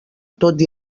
tot